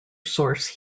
source